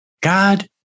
God